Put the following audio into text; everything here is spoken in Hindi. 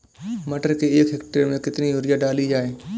मटर के एक हेक्टेयर में कितनी यूरिया डाली जाए?